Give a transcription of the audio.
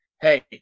hey